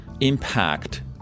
impact